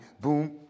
boom